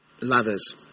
lovers